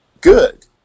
Good